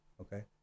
Okay